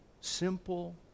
Simple